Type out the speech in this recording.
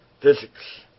physics